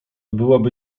byłaby